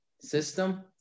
system